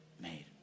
made